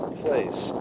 place